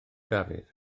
dafydd